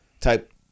type